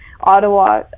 Ottawa